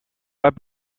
pas